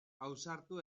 ausartu